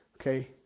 Okay